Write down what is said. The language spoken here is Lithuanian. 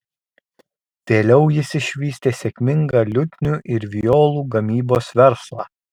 vėliau jis išvystė sėkmingą liutnių ir violų gamybos verslą